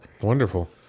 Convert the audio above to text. Wonderful